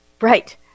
Right